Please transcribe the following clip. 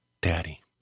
daddy